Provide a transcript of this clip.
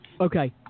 Okay